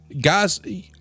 guys